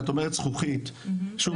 כשאת אומרת זכוכית שוב,